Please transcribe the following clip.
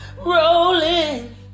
rolling